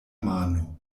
mano